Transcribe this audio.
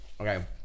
Okay